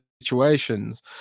situations